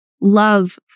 love